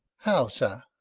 how, sir!